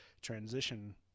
transition